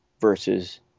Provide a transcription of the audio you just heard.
versus